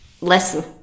listen